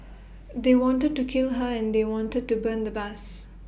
they wanted to kill her and they wanted to burn the bus